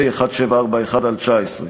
פ/1741/19.